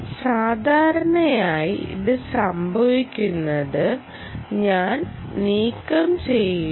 സാധാരണയായി ഇത് സംഭവിക്കുന്നത് ഞാൻ നീക്കംചെയ്യുന്നു